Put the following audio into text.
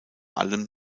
allem